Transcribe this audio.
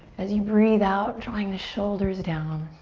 as you breathe out, drawing the shoulders down.